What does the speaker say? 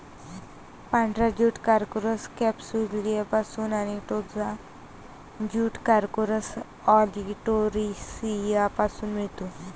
पांढरा jute Corchorus कॅप्सुलरिसपासून आणि टोसा ज्यूट कॉर्कोरस ऑलिटोरियसपासून मिळतो